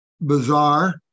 bizarre